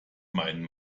meinen